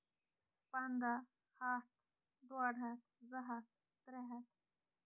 پنداہ ہَتھ ڈۄڈ ہَتھ زٕ ہَتھ ترٛےٚ ہَتھ